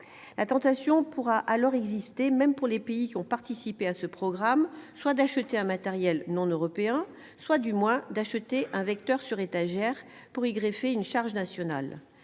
La tentation peut alors exister, même pour les pays qui ont participé à ce programme, d'acquérir un matériel non européen ou, du moins, d'acheter un vecteur sur étagère pour y greffer une charge nationale.